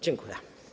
Dziękuję.